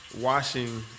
washing